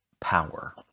power